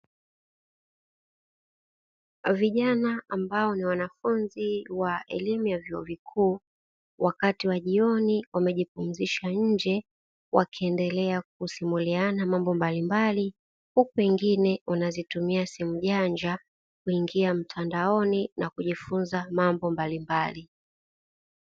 Vijana ambao ni wanafunzi wa elimu ya vyuo vikuu, wakati wa jioni wamejipumzisha nje wakiendelea kusimuliana mambo mbalimbali, huku wengine wanazitumia simu janja kuingia mtandaoni na kujifunza mambo mbalimbali.